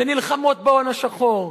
שנלחמות בהון השחור,